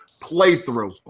playthrough